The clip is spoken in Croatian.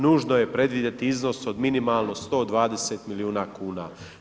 Nužno je predvidjeti iznos od minimalno 120 milijuna kuna.